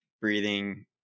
breathing